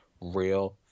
real